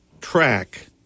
track